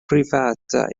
privata